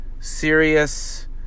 serious